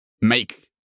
make